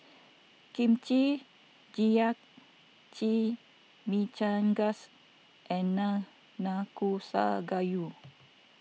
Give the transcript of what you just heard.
Kimchi Jjigae Chimichangas and Nanakusa Gayu